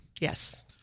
Yes